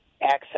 access